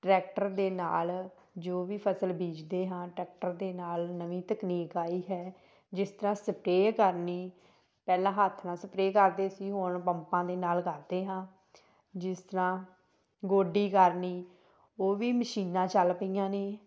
tractor ਦੇ ਨਾਲ ਜੋ ਵੀ ਫ਼ਸਲ ਬੀਜਦੇ ਹਾਂ ਟਰੈਕਟਰ ਦੇ ਨਾਲ ਨਵੀਂ ਤਕਨੀਕ ਆਈ ਹੈ ਜਿਸ ਤਰ੍ਹਾਂ ਸਪਰੇ ਕਰਨੀ ਪਹਿਲਾਂ ਹੱਥ ਨਾਲ ਸਪਰੇ ਕਰਦੇ ਸੀ ਹੁਣ ਪੰਪਾਂ ਦੇ ਨਾਲ ਕਰਦੇ ਹਾਂ ਜਿਸ ਤਰ੍ਹਾਂ ਗੋਡੀ ਕਰਨੀ ਉਹ ਵੀ ਮਸ਼ੀਨਾਂ ਚੱਲ ਪਈਆਂ ਨੇ